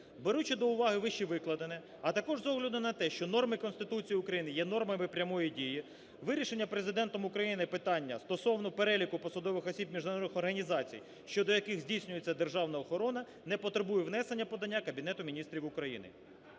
Беручи до уваги вище викладене, а також з огляду на те, що норми Конституції України є нормами прямої дії, вирішення Президентом України питання, стосовно переліку посадових осіб міжнародних організацій щодо яких здійснюється державна охорона, не потребує внесення подання Кабінету Міністрів України.